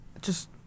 Just-